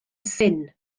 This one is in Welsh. syn